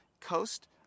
coast